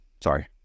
Sorry